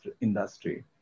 industry